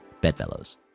bedfellows